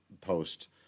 Post